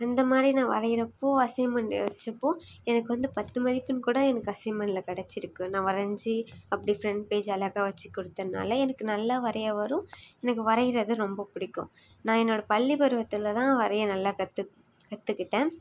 அந்த மாதிரி நான் வரையிறப்போ அசைன்மென்ட் வச்சப்போ எனக்கு வந்து பத்து மதிப்பெண் கூட எனக்கு அசைன்மென்ட்டில் கிடச்சிருக்கு நான் வரஞ்சு அப்படி ஃப்ரண்ட் பேஜ் அழகாக வச்சு கொடுத்தனால எனக்கு நல்லா வரைய வரும் எனக்கு வரையிறது ரொம்ப பிடிக்கும் நான் என்னோட பள்ளி பருவத்தில் தான் வரைய நல்லா கற்றுக் கற்றுக்கிட்டன்